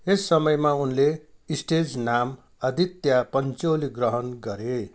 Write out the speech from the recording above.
यस समयमा उनले स्टेज नाम अदित्य पन्चोली ग्रहण गरे